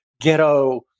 ghetto